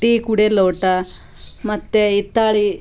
tea ಕುಡಿಯೋ ಲೋಟ ಮತ್ತು ಹಿತ್ತಾಳಿ